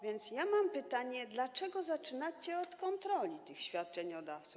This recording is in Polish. Więc ja mam pytanie: Dlaczego zaczynacie od kontroli tych świadczeniodawców?